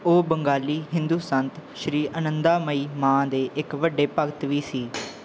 ਉਹ ਬੰਗਾਲੀ ਹਿੰਦੂ ਸੰਤ ਸ਼੍ਰੀ ਆਨੰਦਾਮਯੀ ਮਾਂ ਦੇ ਇੱਕ ਵੱਡੇ ਭਗਤ ਵੀ ਸੀ